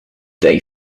they